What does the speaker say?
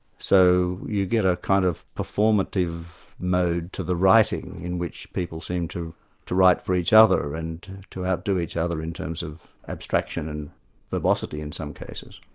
so you get a kind of performative mode to the writing, in which people seem to to write for each other, and to outdo each other in terms of abstraction and verbosity in some cases.